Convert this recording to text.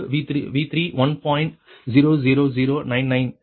00099 இந்த 3 2